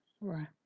right